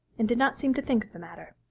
and did not seem to think of the matter.